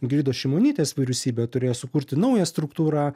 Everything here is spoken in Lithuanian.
ingridos šimonytės vyriausybė turėjo sukurti naują struktūrą